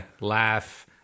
laugh